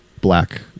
black